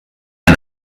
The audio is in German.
ein